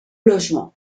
logement